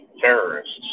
terrorists